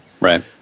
Right